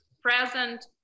present